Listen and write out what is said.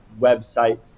website